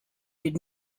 did